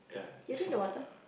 yeah she she yeah